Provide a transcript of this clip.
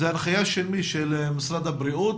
זו הנחיה של משרד הבריאות?